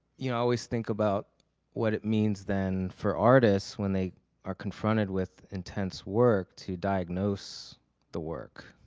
you know always think about what it means then, for artists, when they are confronted with intense work to diagnose the work.